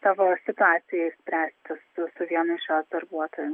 savo situaciją išspręsti su su vienu iš jos darbuotojų